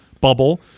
bubble